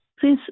please